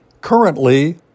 Currently